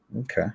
Okay